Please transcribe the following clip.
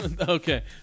okay